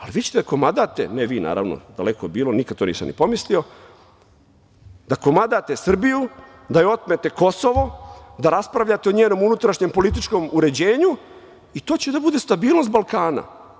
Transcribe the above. Ali, vi ćete da komadate, ne vi, naravno, daleko bilo, nikad to nisam ni pomislio, da komadate Srbiju, da joj otmete Kosovo, da raspravljate o njenom unutrašnjem političkom uređenju i to će da bude stabilnost Balkana.